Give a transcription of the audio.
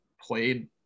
played